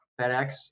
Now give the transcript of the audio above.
FedEx